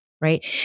right